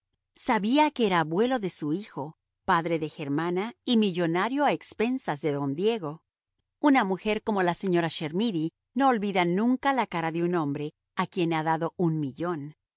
sabía que era abuelo de su hijo padre de germana y millonario a expensas de don diego una mujer como la señora chermidy no olvida nunca la cara de un hombre a quien ha dado un millón